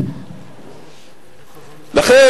לכן,